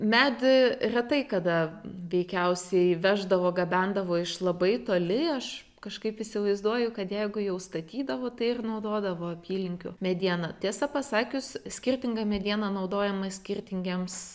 medį retai kada veikiausiai veždavo gabendavo iš labai toli aš kažkaip įsivaizduoju kad jeigu jau statydavo tai ir naudodavo apylinkių medieną tiesą pasakius skirtinga mediena naudojama skirtingiems